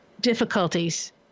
difficulties